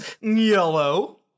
Yellow